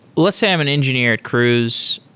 let's say i'm an engineer at cruise.